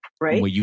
Right